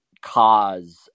cause